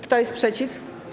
Kto jest przeciw?